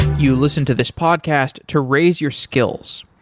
you listen to this podcast to raise your skills.